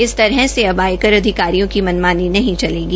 इस तरह से अब आयकर अधिकारियों की मनमानी नहीं चलेगी